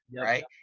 right